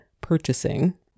purchasing